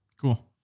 Cool